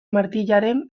martijaren